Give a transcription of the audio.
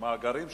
שמאגרים שהוכנו,